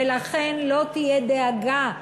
ולכן לא תהיה דאגה,